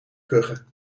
kuchen